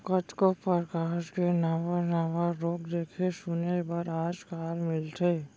कतको परकार के नावा नावा रोग देखे सुने बर आज काल मिलथे